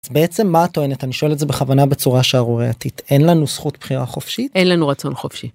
בעצם מה את טוענת, אני שואל את זה בכוונה בצורה שערורייתית, אין לנו זכות בחירה חופשית? אין לנו רצון חופשי.